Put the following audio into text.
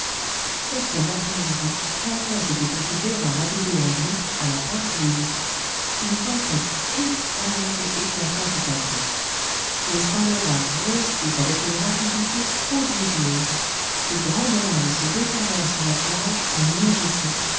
certaine après-midi qu'alphonse était occupé à radouber un brick à la pointe lévi une tempête effroyable éclata tout à coup le saint-laurent grossit avec une rapidité prodigieuse ses grandes lames se déferlèrent sur la plage en